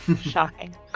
Shocking